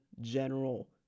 general